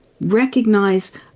recognize